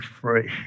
free